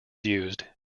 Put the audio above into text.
used